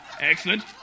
Excellent